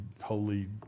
holy